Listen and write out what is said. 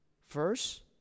First